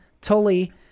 Tully